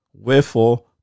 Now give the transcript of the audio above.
Wherefore